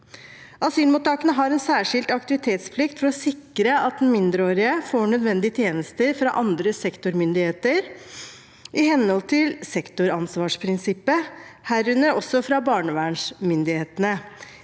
Asylmottakene har en særskilt aktivitetsplikt for å sikre at den mindreårige får nødvendige tjenester fra andre sektormyndigheter i henhold til sektoransvarsprinsippet, herunder også fra barnevernsmyndighetene.